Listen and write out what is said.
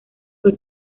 fue